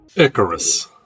Icarus